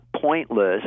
pointless